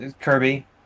Kirby